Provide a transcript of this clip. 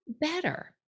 better